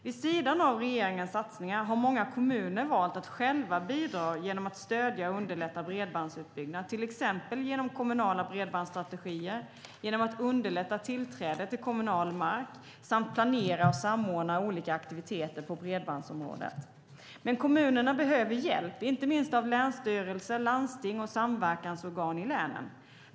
Vid sidan av regeringens satsningar har många kommuner valt att själva bidra genom att stödja och underlätta bredbandsutbyggnad, till exempel genom kommunala bredbandsstrategier, genom att underlätta tillträde till kommunal mark samt planera och samordna olika aktiviteter på bredbandsområdet. Men kommunerna behöver hjälp, inte minst av länsstyrelse, landsting och samverkansorgan i länen.